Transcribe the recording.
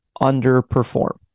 underperform